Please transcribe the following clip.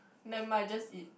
never mind just eat